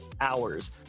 hours